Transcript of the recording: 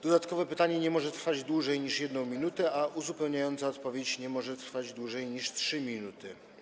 Dodatkowe pytanie nie może trwać dłużej niż 1 minutę, a uzupełniająca odpowiedź nie może trwać dłużej niż 3 minuty.